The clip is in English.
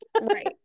Right